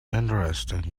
interesting